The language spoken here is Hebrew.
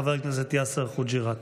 חבר הכנסת יאסר חוג'יראת.